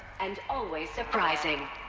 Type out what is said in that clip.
and always surprising.